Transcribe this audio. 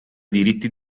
diritti